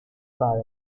padre